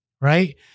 Right